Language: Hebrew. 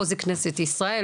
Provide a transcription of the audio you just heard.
פה זה כנסת ישראל.